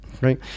right